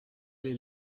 les